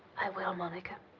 i will, monica.